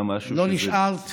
לא נשארת,